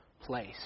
place